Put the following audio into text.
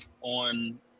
on